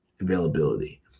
availability